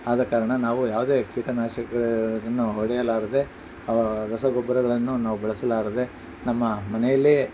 ಆದ ಕಾರಣ ನಾವು ಯಾವುದೇ ಕೀಟನಾಶಕ ಇನ್ನು ಹೊಡೆಯಲಾರದೆ ರಸಗೊಬ್ಬರಗಳನ್ನು ನಾವು ಬಳಸಲಾರದೆ ನಮ್ಮ ಮನೆಯಲ್ಲಿಯೇ